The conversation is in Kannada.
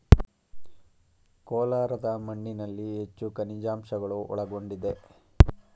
ಕೋಲಾರದ ಮಣ್ಣಿನಲ್ಲಿ ಹೆಚ್ಚು ಖನಿಜಾಂಶಗಳು ಒಳಗೊಂಡಿದೆ